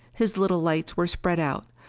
his little lights were spread out,